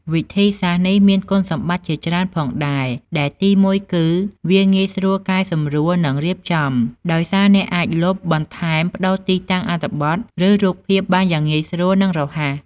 វិធីសាស្ត្រនេះមានគុណសម្បត្តិជាច្រើនផងដែរ ដែលទីមួយគឺ វាងាយស្រួលកែសម្រួលនិងរៀបចំ ដោយសារអ្នកអាចលុប បន្ថែម ប្ដូរទីតាំងអត្ថបទ ឬរូបភាពបានយ៉ាងងាយស្រួល និងរហ័ស។